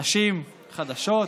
חדשים וחדשות,